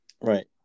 Right